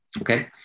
okay